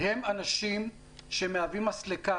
הם האנשים שמהווים מסלקה,